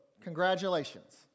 congratulations